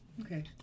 Okay